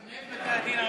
ומנהל בתי-הדין הרבניים.